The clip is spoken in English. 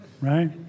right